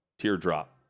teardrop